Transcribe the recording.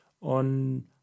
on